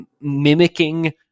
mimicking